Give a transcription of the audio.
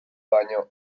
baino